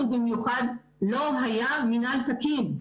ובמיוחד לא היה מינהל תקין,